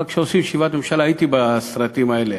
אבל כשעושים ישיבת ממשלה, הייתי בסרטים האלה,